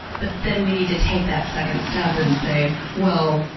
but then we need to take that second step and say, well,